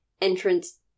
entrance